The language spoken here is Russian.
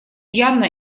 явно